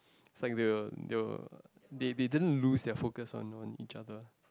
is like they will they will they didn't lose focus on each other